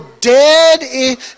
dead